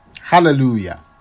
Hallelujah